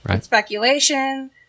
Speculation